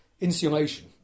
insulation